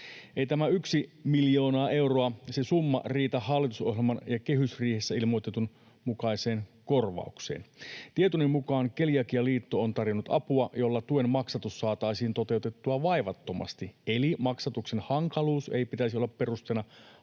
Ei tämä yksi miljoonaa euroa, se summa, riitä hallitusohjelman ja kehysriihessä ilmoitetun mukaiseen korvaukseen. Tietoni mukaan Keliakialiitto on tarjonnut apua, jolla tuen maksatus saataisiin toteutettua vaivattomasti, eli maksatuksen hankaluuden ei pitäisi olla perusteena